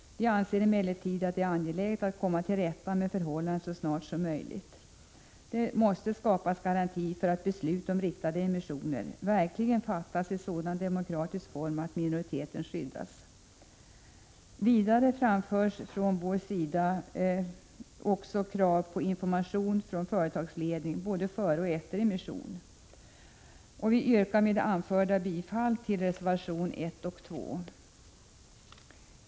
Vi anser emellertid att det är angeläget att komma till rätta med förhållandet så snart som möjligt. Det måste skapas garanti för att beslut om riktade emissioner verkligen fattas i sådan demokratisk form att minoriteten skyddas. Vidare framförs från vår sida krav på information från företagsledningen både före och efter emissionen. Jag yrkar med det anförda bifall till reservation 1 och 2.